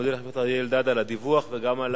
אני מודה לחבר הכנסת אריה אלדד על הדיווח, וגם על